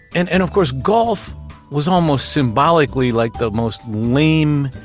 and and of course, golf was almost symbolically like the most lame,